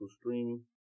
streaming